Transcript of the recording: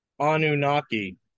Anunnaki